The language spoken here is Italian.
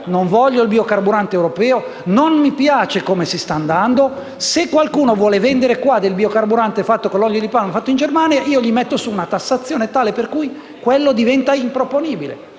Non voglio il biocarburante europeo e non mi piace come si sta procedendo. Se qualcuno vuole vendere in Italia del biocarburante fatto con olio di palma, in Germania, io impongo una tassazione tale per cui la vendita diventerà improponibile.